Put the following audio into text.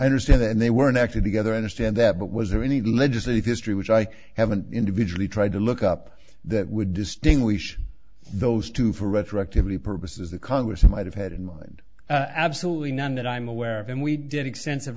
understand that they weren't actually together understand that but was there any legislative history which i haven't individually tried to look up that would distinguish those two for retroactivity purposes the congress might have had in mind absolutely none that i'm aware of and we did extensive